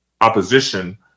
opposition